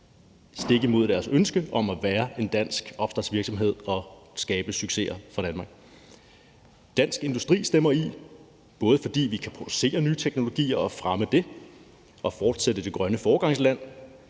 stik imod deres ønske om at være en dansk opstartsvirksomhed og skabe succeser for Danmark. Dansk Industri stemmer i, både fordi vi kan producere nye teknologier og fremme det og fortsætte med at være det grønne foregangsland,